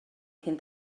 cyn